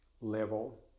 level